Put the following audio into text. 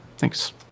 Thanks